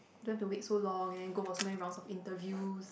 don't have to wait so long then go so many rounds of interviews